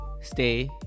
Stay